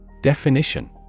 Definition